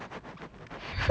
ya